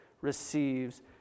receives